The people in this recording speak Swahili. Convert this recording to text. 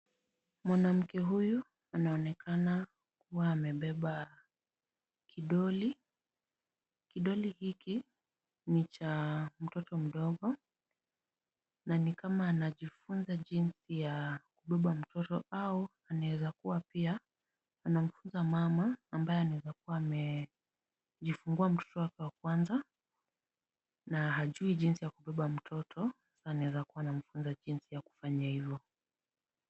Mwanamke huyu anaonekana kuwa amebeba kidoli. Kidoli hiki ni cha mtoto mdogo na ni kama anajifunza jinsi ya kubeba mtoto au anaweza kuwa pia anamfunza mama ambaye anaweza kuwa amejifungua mtoto wake wa kwanza na hajui jinsi ya kubeba mtoto, anaweza kuwa anamfunza jinsi ya kufanya hivo.